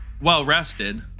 well-rested